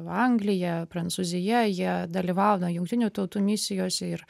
anglija prancūzija jie dalyvauna jungtinių tautų misijose ir